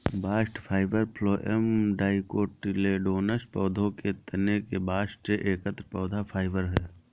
bast fibre phloem dicotyledonous पौधों के तने के बास्ट से एकत्र पौधा फाइबर है